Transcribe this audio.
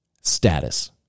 Status